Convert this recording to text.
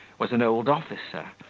was an old officer,